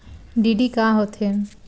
DD का होथे?